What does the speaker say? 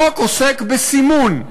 החוק עוסק בסימון.